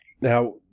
Now